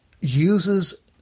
uses